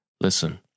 Listen